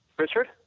Richard